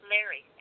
Larry